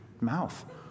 mouth